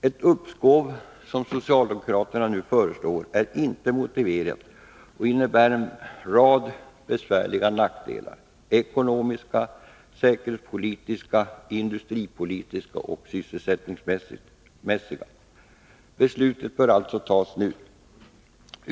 Ett uppskov, som socialdemokraterna nu föreslår, är inte motiverat, och det skulle innebära en rad besvärligheter — ekonomiska, säkerhetspolitiska, industripolitiska och sysselsättningsmässiga nackdelar. Beslutet bör alltså fattas nu.